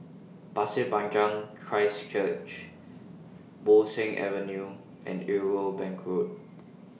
Pasir Panjang Christ Church Bo Seng Avenue and Irwell Bank Road